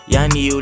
Yanni